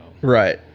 Right